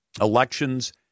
elections